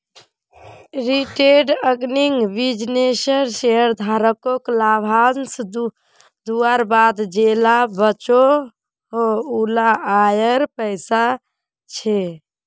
retained earning बिज्नेसेर शेयरधारकोक लाभांस दुआर बाद जेला बचोहो उला आएर पैसा छे